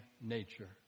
nature